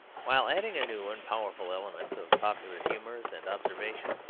while adding a new and powerful element of popular humours and observation,